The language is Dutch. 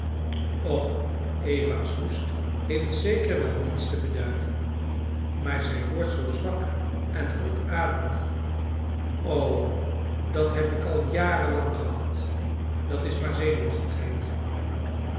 och eva's hoest heeft zeker wel niets te beduiden maar zij wordt zoo zwak en kortademig o dat heb ik al jarenlang gehad dat is maar zenuwachtigheid